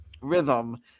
rhythm